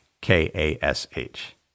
K-A-S-H